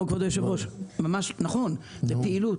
נכון, לפעילות.